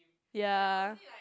ya